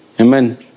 Amen